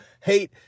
hate